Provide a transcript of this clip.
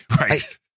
Right